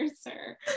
sir